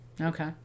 Okay